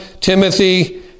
Timothy